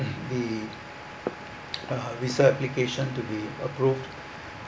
be uh visa application to be approved